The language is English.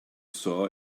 saw